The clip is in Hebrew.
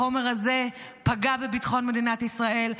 החומר הזה פגע בביטחון מדינת ישראל.